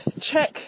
check